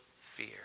fear